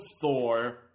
Thor